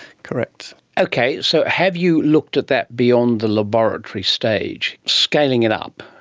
correct. okay, so have you looked at that beyond the laboratory stage, scaling it up?